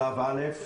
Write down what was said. שלב א',